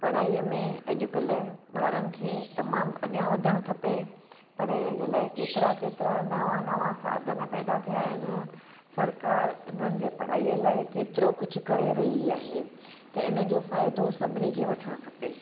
पढ़ाईअ में अॼुकल्ह ॿारनि खे तमामु अॻियां वधण खपे पढ़ाईअ जे लाइ केतिरा केतिरा नवां नवां साधन पैदा थिया आहिनि सरकार उन्हनि जे पढ़ाईअ लाइ केतिरो कुझु करे रही आहे त इन जो फ़ाइदो सभिनी खे वठण खपे